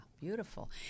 Beautiful